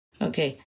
Okay